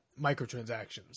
microtransactions